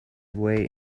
way